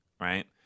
right